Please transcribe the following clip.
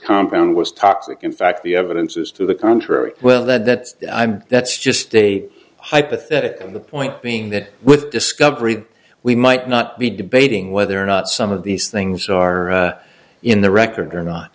compound was toxic in fact the evidence is to the contrary well that that's just a hypothetical and the point being that with discovery we might not be debating whether or not some of these things are in the record or not